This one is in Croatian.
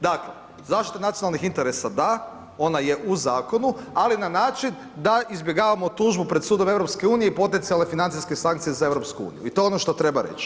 Dakle zaštita nacionalnih interesa, da, ona je u zakonu ali na način da izbjegavamo tužbu pred sudom EU-a i potencijalne financijske sankcije za EU i to je ono što treba reći.